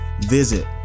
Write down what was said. Visit